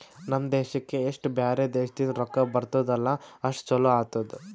ನಮ್ ದೇಶಕ್ಕೆ ಎಸ್ಟ್ ಬ್ಯಾರೆ ದೇಶದಿಂದ್ ರೊಕ್ಕಾ ಬರ್ತುದ್ ಅಲ್ಲಾ ಅಷ್ಟು ಛಲೋ ಆತ್ತುದ್